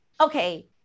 okay